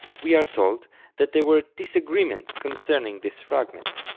we are told that there were disagreements concerning this fragment.